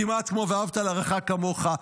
כמעט כמו "ואהבת לרעך כמוך",